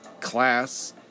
class